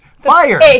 fire